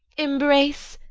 embrace,